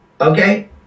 Okay